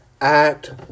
act